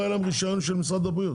לא יהיה להם רישיון של משרד הבריאות.